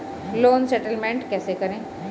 Loan settlement कैसे करें?